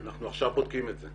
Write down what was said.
אנחנו עכשיו בודקים את זה.